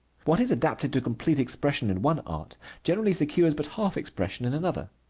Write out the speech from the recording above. what is adapted to complete expression in one art generally secures but half expression in another.